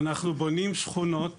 אנחנו בונים שכונות